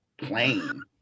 plain